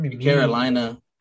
Carolina